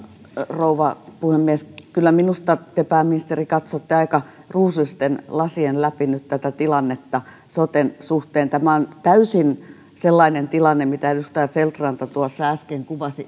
rouva puhemies kyllä minusta te pääministeri katsotte aika ruusuisten lasien läpi nyt tätä tilannetta soten suhteen tämä on eri valiokunnissa täysin sellainen tilanne kuin mitä edustaja feldt ranta tuossa äsken kuvasi